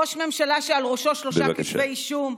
ראש ממשלה שעל ראשו שלושה כתבי אישום,